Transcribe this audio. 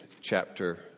chapter